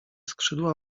skrzydła